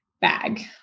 bag